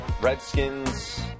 redskins